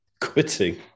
quitting